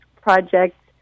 project